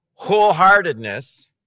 wholeheartedness